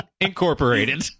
Incorporated